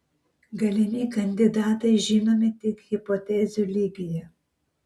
galimi kandidatai žinomi tik hipotezių lygyje